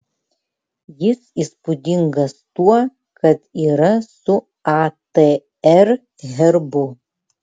jis įspūdingas tuo kad yra su atr herbu